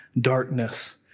darkness